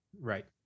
Right